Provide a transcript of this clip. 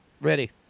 Ready